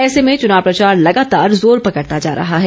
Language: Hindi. ऐसे में चुनाव प्रचार लगातार जोर पकड़ता जा रहा है